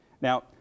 Now